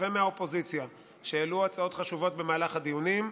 ומהאופוזיציה שהעלו הצעות חשובות במהלך הדיונים,